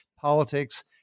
politics